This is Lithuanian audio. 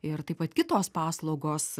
ir taip pat kitos paslaugos